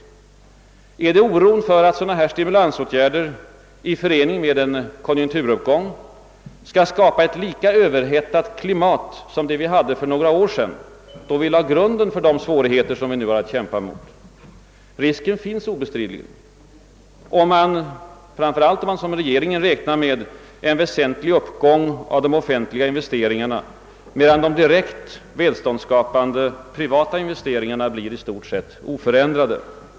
är det oron för att sådana stimulansåtgärder i förening med en konjunkturuppgång skall skapa ett lika överhettat klimat som det vi hade för några år sedan, då vi lade grunden för de svårigheter vi nu har att kämpa emot? Risken finns obestridligen, framför allt om man som regeringen räknar med en väsentlig uppgång av de offentliga investeringarna medan de direkt välståndsskapande privata investeringarna blir i stort sett oförändrade.